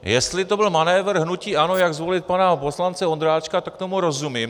Jestli to byl manévr hnutí ANO, jak zvolit pana poslance Ondráčka, tak tomu rozumím.